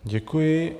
Děkuji.